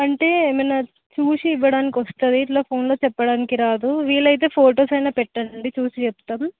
అంటే ఏమన్నా చూసి ఇవ్వడానికి వస్తుంది ఇట్లా ఫోన్లో చెప్పడానికి రాదు వీలైతే ఫొటోస్ అయినా పెట్టండి చూసి చెప్తం